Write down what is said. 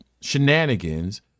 shenanigans